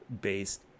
based